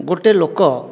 ଗୋଟିଏ ଲୋକ